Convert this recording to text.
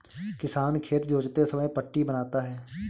किसान खेत जोतते समय पट्टी बनाता है